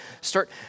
start